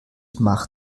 mach